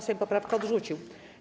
Sejm poprawkę odrzucił.